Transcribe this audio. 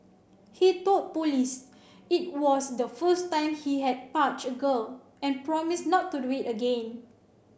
he told police it was the first time he had touched a girl and promised not to do it again